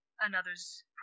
another's